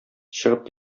чыгып